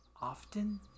often